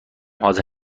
حاضر